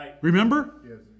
Remember